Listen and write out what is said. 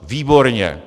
Výborně!